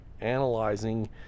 analyzing